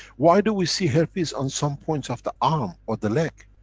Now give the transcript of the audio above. why do we see herpes on some points of the arm or the leg?